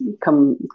come